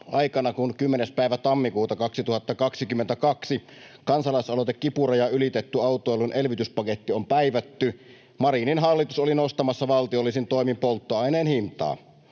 aikana, kun 10. päivä tammikuuta 2022 kansalaisaloite ”Kipuraja ylitetty — autoilun elvytyspaketti” on päivätty, Marinin hallitus oli nostamassa valtiollisin toimin polttoaineen hintaa.